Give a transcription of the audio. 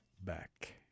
back